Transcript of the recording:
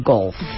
Golf